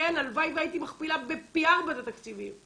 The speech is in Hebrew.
הלוואי והייתי מכפילה פי ארבע את התקציבים,